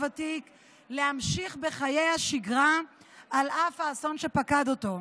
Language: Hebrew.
הוותיק להמשיך בחיי השגרה על אף האסון שפקד אותו.